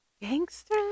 Gangster